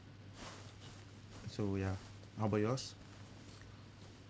so ya how about yours